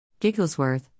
Gigglesworth